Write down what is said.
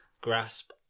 grasp